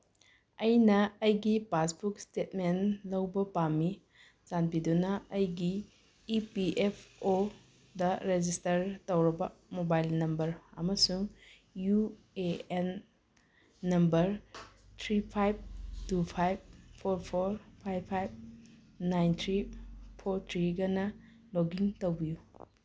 ꯑꯩꯅ ꯑꯩꯒꯤ passbook statement ꯂꯧꯕ ꯄꯥꯝꯃꯤ ꯆꯥꯟꯕꯤꯗꯨꯅ ꯑꯩꯒꯤ E P F or register ꯇꯧꯔꯕ ꯃꯣꯕꯥꯏꯜ ꯅꯝꯕꯔ ꯑꯃꯁꯨꯡ U A N number three five two five four four five five nine three four ꯊ꯭ꯔꯤꯒꯅ ꯂꯣꯛꯏꯟ ꯇꯧꯕꯤꯌꯨ